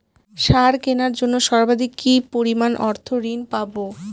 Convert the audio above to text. সার কেনার জন্য সর্বাধিক কি পরিমাণ অর্থ ঋণ পাব?